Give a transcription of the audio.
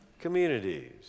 communities